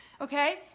Okay